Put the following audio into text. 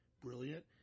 brilliant